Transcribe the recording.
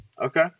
Okay